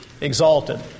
exalted